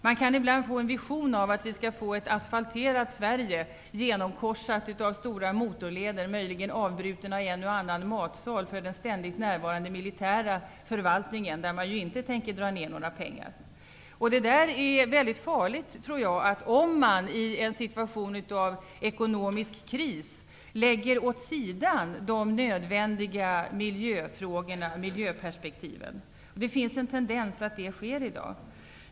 Man kan ibland få en vision av att vi skall få ett asfalterat Sverige, genomkorsat av stora motorleder, möjligen avbrutna av en eller annan matsal för den ständigt närvarande militära förvaltningen, där man ju inte tänker göra några nedskärningar. Jag tror att det är mycket farligt om man i en situation av ekonomisk kris lägger åt sidan de nödvändiga miljöfrågorna och miljöperspektiven. Det finns en tendens till att det sker i dag.